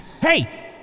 Hey